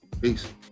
Peace